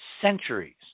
centuries